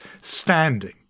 standing